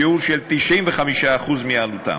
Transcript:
בשיעור של 95% מעלותם.